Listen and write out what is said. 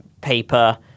paper